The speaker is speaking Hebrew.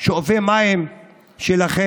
ושואבי מים שלכם?